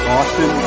Austin